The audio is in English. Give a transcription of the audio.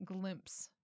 glimpse